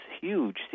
huge